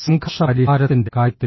സംഘർഷ പരിഹാരത്തിന്റെ കാര്യത്തിൽ